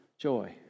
joy